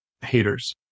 haters